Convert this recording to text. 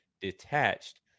detached